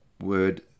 word